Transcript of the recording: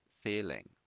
feeling